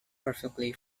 perfectly